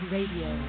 Radio